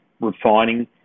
refining